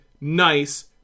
nice